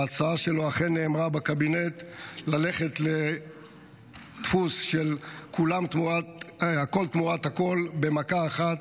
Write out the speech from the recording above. ההצעה שלו אכן נאמרה בקבינט: ללכת לדפוס של הכול תמורת הכול במכה אחת,